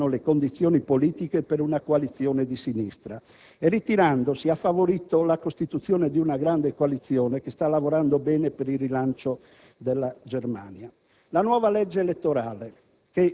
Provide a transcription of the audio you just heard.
preferì prendere atto che non esistevano le condizioni politiche per una coalizione di sinistra. Ritirandosi favorì la costituzione di una grande coalizione che sta lavorando bene per il rilancio della Germania.